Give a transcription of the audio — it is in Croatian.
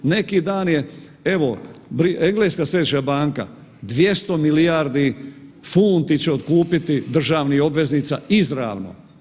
Neki dan je evo engleska središnja banka, 200 milijardi funti će otkupiti državnih obveznica izravno.